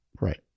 Right